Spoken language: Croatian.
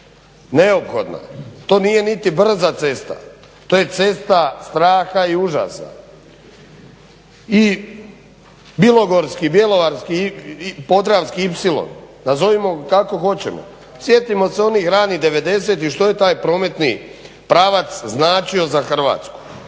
neophodna. To nije niti brza cesta, to je cesta straha i užasa. I Bilogorski-bjelovarski, podravski ipsilon nazovimo ga kako hoćemo, sjetimo se onih ranih '90-ih što je taj prometni pravac značio za Hrvatsku.